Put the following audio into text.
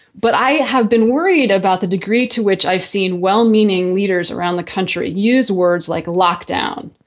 but i have been worried about the degree to which i've seen well-meaning leaders around the country use words like lockdown,